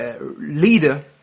leader